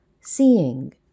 seeing